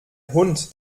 hund